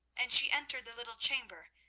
and she entered the little chamber,